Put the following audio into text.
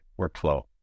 workflow